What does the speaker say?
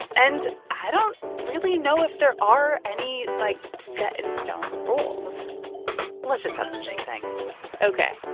and i don't really know if there are any, like, set-in-stone rules let's just have some ginseng ok,